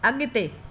अॻिते